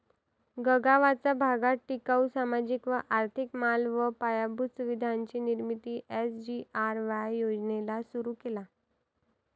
गगावाचा भागात टिकाऊ, सामाजिक व आर्थिक माल व पायाभूत सुविधांची निर्मिती एस.जी.आर.वाय योजनेला सुरु केला